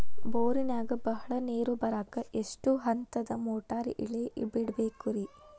ಬೋರಿನಾಗ ಬಹಳ ನೇರು ಬರಾಕ ಎಷ್ಟು ಹಂತದ ಮೋಟಾರ್ ಇಳೆ ಬಿಡಬೇಕು ರಿ?